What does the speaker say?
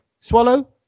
Swallow